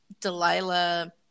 delilah